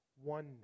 oneness